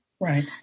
Right